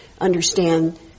understand